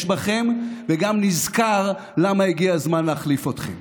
בכם וגם נזכר למה הגיע הזמן להחליף אתכם.